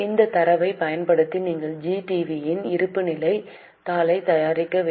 இந்தத் தரவைப் பயன்படுத்தி நீங்கள் ஜீ டிவியின் இருப்புநிலைத் தாளைத் தயாரிக்க வேண்டும்